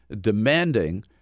demanding